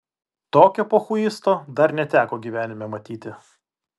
tokio pochuisto dar neteko gyvenime matyti